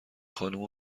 خانوم